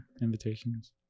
invitations